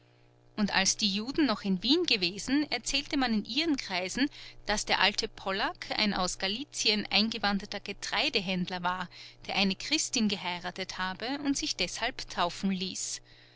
und als die juden noch in wien gewesen erzählte man in ihren kreisen daß der alte pollak ein aus galizien eingewanderter getreidehändler wäre der eine christin geheiratet habe und sich deshalb taufen ließ